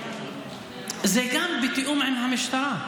זה גם בתיאום עם המשטרה.